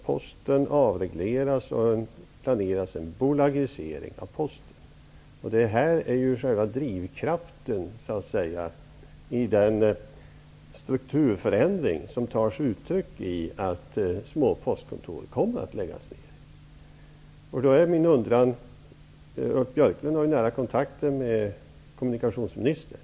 Posten avregleras ju nu, och en bolagisering planeras. Det här är själva drivkraften i den strukturförändring som tar sig uttryck i att små postkontor kommer att läggas ned. Ulf Björklund har ju nära kontakter med kommunikationsministern.